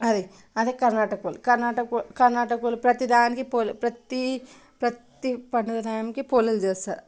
అది అదే కర్ణాటక వాళ్ళు కర్ణాటక వాళ్ళు కర్ణాటక వాళ్ళు ప్రతీ దానికి పోలే ప్రతీ ప్రతీ పండుగ దానికి పోలేలు చేస్తరు